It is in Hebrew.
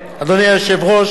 אדוני היושב-ראש,